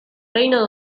reino